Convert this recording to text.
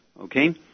okay